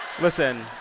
Listen